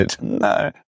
No